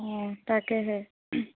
অঁ তাকেহে